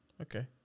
Okay